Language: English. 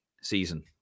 season